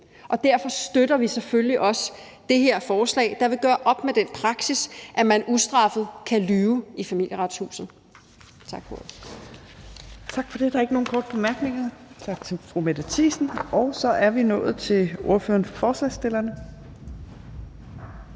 Derfor støtter vi selvfølgelig også dette forslag, der vil gøre op med den praksis, at man ustraffet kan lyve i Familieretshuset. Tak for ordet. Kl. 18:11 Tredje næstformand (Trine Torp): Tak for det. Der er ikke nogen korte bemærkninger. Tak til fru Mette Thiesen. Så er vi nået til ordføreren for forslagsstillerne.